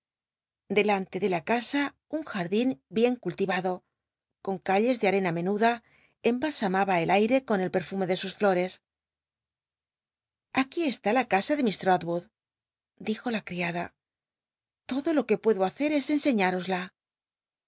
delante de la casa un jardín bien cultivado con calles de arena menuda embalsamaba el aire con el perfume de sus llores aquí esl i la casa de miss l'rolwood dijo la criada lodo lo que puedo hacer es enseliátosla